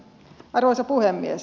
arvoisa puhemies